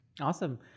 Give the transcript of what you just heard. Awesome